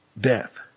death